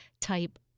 type